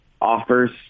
offers